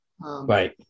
Right